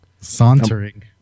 Sauntering